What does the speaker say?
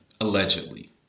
allegedly